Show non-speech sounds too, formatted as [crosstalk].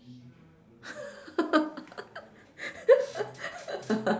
[laughs]